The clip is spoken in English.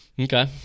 okay